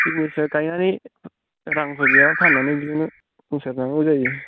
जिनिसआ गाइनानै रांफोर गैयाबा फाननानै बिदिनो संसार जानांगौ जायो